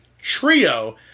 trio